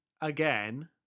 again